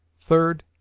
third,